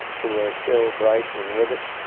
who are still bright and with it,